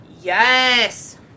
yes